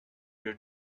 your